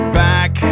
back